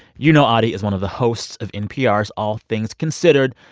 you know audie as one of the hosts of npr's all things considered.